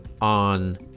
on